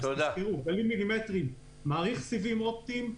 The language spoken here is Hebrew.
גלים מילימטריים, מאריך סיבים אופטיים,